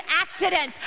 accidents